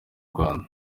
rwanda